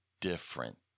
different